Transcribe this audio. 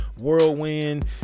Whirlwind